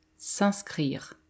s'inscrire